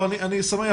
אני שמח.